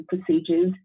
procedures